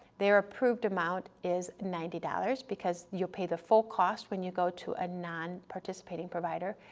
their approved amount is ninety dollars because you'll pay the full cost when you go to a nonparticipating provider.